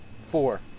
Four